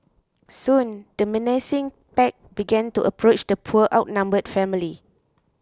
soon the menacing pack began to approach the poor outnumbered family